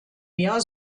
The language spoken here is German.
mehr